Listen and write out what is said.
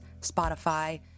Spotify